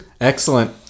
Excellent